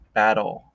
battle